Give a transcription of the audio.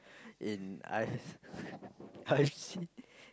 in I've I've seen